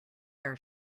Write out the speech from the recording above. are